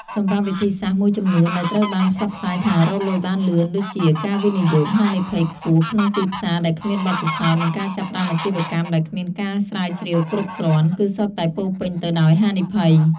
សម្រាប់វិធីសាស្ត្រមួយចំនួនដែលត្រូវបានផ្សព្វផ្សាយថារកលុយបានលឿន ដូចជាការវិនិយោគហានិភ័យខ្ពស់ក្នុងទីផ្សារដែលគ្មានបទពិសោធន៍ និងការចាប់ផ្តើមអាជីវកម្មដែលគ្មានការស្រាវជ្រាវគ្រប់គ្រាន់ គឺសុទ្ធតែពោរពេញទៅដោយហានិភ័យ។